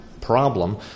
problem